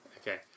okay